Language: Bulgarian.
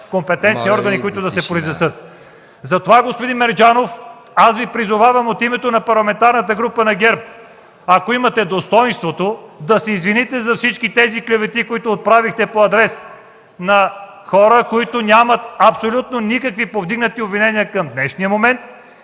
компетентни органи, които да се произнесат. Затова, господин Мерджанов, аз Ви призовавам от името на Парламентарната група на ГЕРБ – ако имате достойнството, да се извините за всички тези клевети, които отправихте по адрес на хора, които нямат абсолютно никакви повдигнати обвинения към днешния момент,